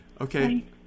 Okay